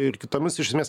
ir kitomis iš esmės